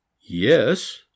yes